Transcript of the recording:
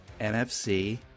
NFC